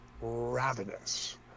ravenous